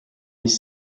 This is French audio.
des